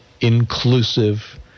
inclusive